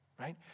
right